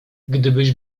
gdybyś